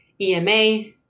EMA